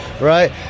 right